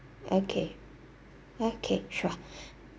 okay okay sure